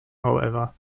however